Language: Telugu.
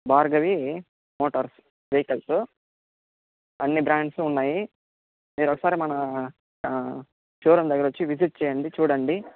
భార్గవి మోటార్స్ వెహికల్స్ అన్ని బ్రాండ్స్ ఉన్నాయి మీరు ఒకసారి మనము చూడండి ఒకసారి వచ్చి విజిట్ చేయండి చూడండి